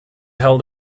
held